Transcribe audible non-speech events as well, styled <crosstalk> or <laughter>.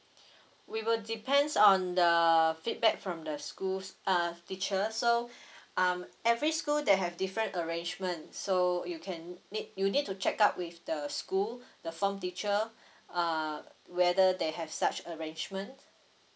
we will depends on the feedback from the schools uh teacher so <breath> um every school they have different arrangement so you can make you need to check up with the school the form teacher err whether they have such arrangement